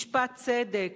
משפט צדק,